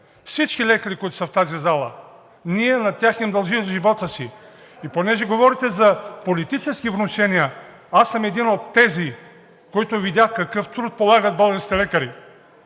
Всички лекари, които са в тази зала, ние на тях дължим живота си. И понеже говорите за политически внушения, аз съм един от тези, които видях какъв труд полагат българските лекари.